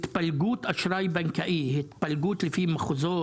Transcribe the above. התפלגות אשראי בנקאי, התפלגות לפי מחוזות